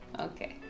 Okay